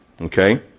okay